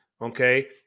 Okay